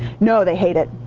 no, they hate it.